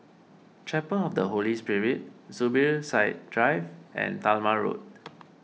Chapel of the Holy Spirit Zubir Said Drive and Talma Road